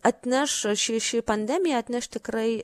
atneš ši ši pandemija atneš tikrai